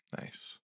nice